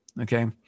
Okay